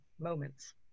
Moments